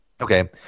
Okay